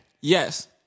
Yes